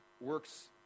works